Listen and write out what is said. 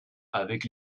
avec